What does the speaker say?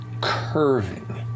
curving